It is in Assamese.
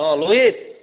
অঁ লোহিত